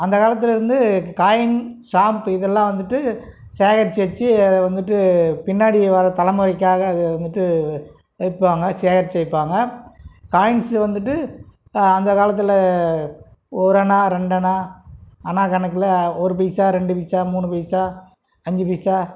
அந்த காலத்திலருந்து coin stamp இதெலாம் வந்துட்டு சேகரிச்சு வச்சு வந்துட்டு பின்னாடி வர தலைமுறைக்காக இது வந்துட்டு வைப்பாங்க சேகரிச்சு வைப்பாங்க காயின்ஸை வந்துட்டு அந்த காலத்தில் ஓரணா ரெண்டன்னா அனா கணக்கில் ஒரு பைசா ரெண்டு பைசா மூணு பைசா அஞ்சு பைசா